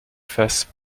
fasse